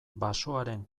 basoaren